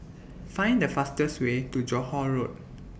Find The fastest Way to Johore Road